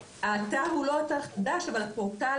האתר הוא לא אתר חדש, אבל הפורטל